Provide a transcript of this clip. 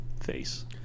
face